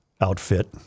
outfit